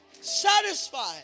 satisfied